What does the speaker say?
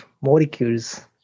molecules